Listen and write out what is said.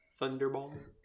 thunderball